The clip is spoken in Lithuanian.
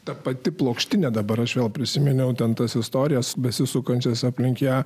ta pati plokštine dabar aš vėl prisiminiau ten tas istorijas besisukančias aplink ją